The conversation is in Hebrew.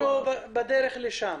אנחנו בדרך לשם.